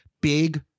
big